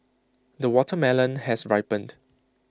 the watermelon has ripened